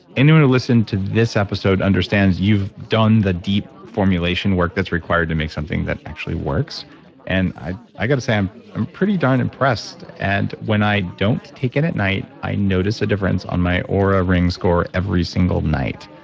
anyone who listened to this episode understands you've done the deep formulation work that's required to make something that actually works and i've got to say i'm i'm pretty darn impressed, and when i don't take it at night, i notice a difference on my oura ring score every single night.